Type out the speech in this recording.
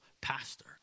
pastor